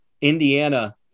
Indiana